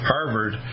Harvard